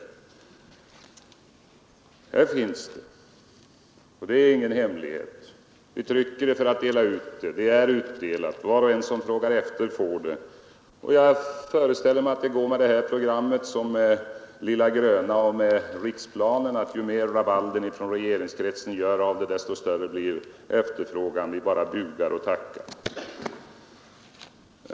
Vad sedan programmet beträffar så har vi ett sådant — och det är inte hemligt! Vi trycker det för att dela ut det, och det är utdelat. Var och en som efterfrågar programmet får det. Och jag föreställer mig att det går med det programmet som med ”den lilla gröna” och med riksplanen, att ju mer rabalder man från regeringskretsen gör av det, desto större blir efterfrågan. Vi bara bugar och tackar.